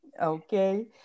okay